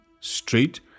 Straight